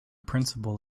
principle